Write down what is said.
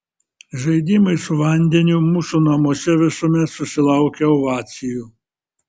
žaidimai su vandeniu mūsų namuose visuomet susilaukia ovacijų